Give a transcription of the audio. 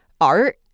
art